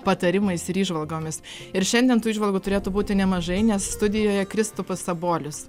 patarimais ir įžvalgomis ir šiandien tų įžvalgų turėtų būti nemažai nes studijoje kristupas sabolis